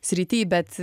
srity bet